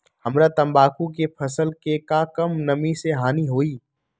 हमरा तंबाकू के फसल के का कम नमी से हानि होई?